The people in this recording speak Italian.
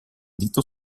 dito